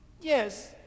Yes